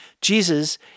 Jesus